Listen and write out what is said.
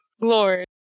lord